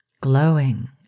glowing